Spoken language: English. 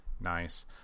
nice